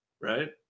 Right